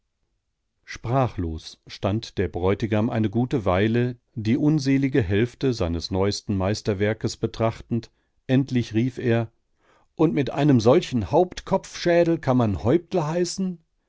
sprachlos stand der bräutigam eine gute weile die unselige hälfte seines neuesten meisterwerkes betrachtend endlich rief er und mit einem solchen hauptkopfschädel kann man häuptle heißen